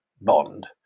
bond